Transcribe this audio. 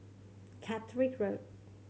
Catterick Road